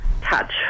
touch